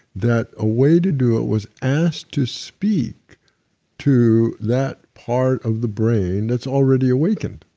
that a way to do it was ask to speak to that part of the brain that's already awakened,